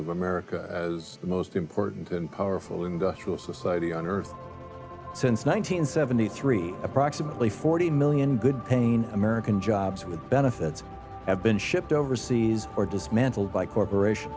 of america as the most important and powerful industrial society on earth since one thousand nine hundred seventy three approximately forty million good pain american jobs with benefits have been shipped overseas or dismantled by corporations